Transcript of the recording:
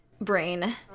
...brain